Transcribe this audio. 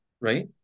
Right